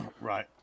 Right